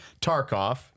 Tarkov